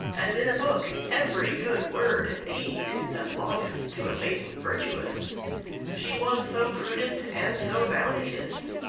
as in a book, ev'ry good word and deed that longeth to a maiden virtuous she was so prudent and so bounteous.